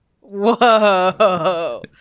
Whoa